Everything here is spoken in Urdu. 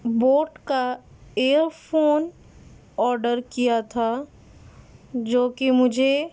بوٹ کا ایئر فون آڈر کیا تھا جو کہ مجھے